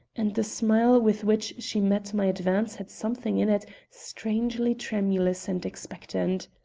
and the smile with which she met my advance had something in it strangely tremulous and expectant.